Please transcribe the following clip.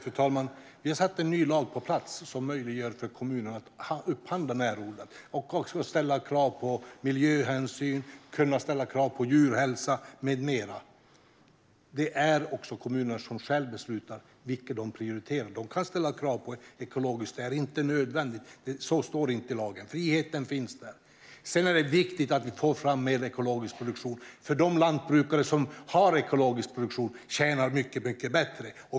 Fru talman! Vi har satt en ny lag på plats. Den möjliggör för kommunerna att upphandla närodlat och att ställa krav på miljöhänsyn, djurhälsa med mera. Det är också kommunerna som själva beslutar vad de prioriterar. De kan ställa krav på ekologiskt. Men det är inte nödvändigt. Det står inte i lagen. Friheten finns där. Det är viktigt att vi får fram en större ekologisk produktion. De lantbrukare som har ekologisk produktion tjänar nämligen mycket bättre.